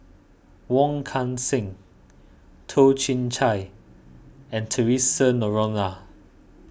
Wong Kan Seng Toh Chin Chye and theresa Noronha